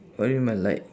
what do you mean by light